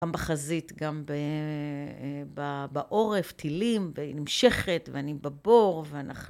גם בחזית, גם בעורף, טילים, והיא נמשכת, ואני בבור, ואנחנו